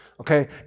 Okay